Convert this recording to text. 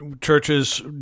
churches